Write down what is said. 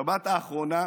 בשבת האחרונה